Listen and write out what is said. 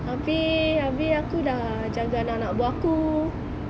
abeh abeh aku dah jaga anak anak buah aku